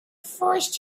forced